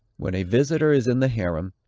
when a visitor is in the harem,